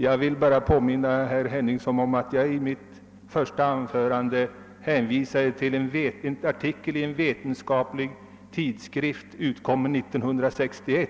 Jag vill påminna herr Henningsson om att jag i mitt första anförande hänvisade till en artikel i en vetenskaplig tidskrift som utkom 1961.